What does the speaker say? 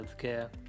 healthcare